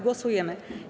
Głosujemy.